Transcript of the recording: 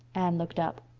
anne looked up.